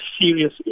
serious